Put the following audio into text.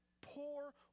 poor